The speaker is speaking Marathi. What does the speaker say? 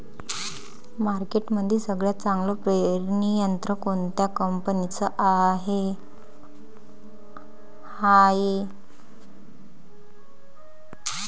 मार्केटमंदी सगळ्यात चांगलं पेरणी यंत्र कोनत्या कंपनीचं हाये?